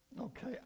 Okay